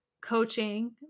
coaching